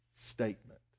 statement